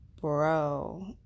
bro